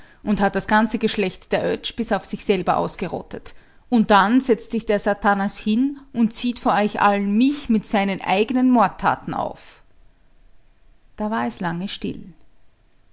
und hat das ganze geschlecht der oetsch bis auf sich selber ausgerottet und dann setzt sich der satanas hin und zieht vor euch allen mich mit seinen eigenen mordtaten auf da war es lange still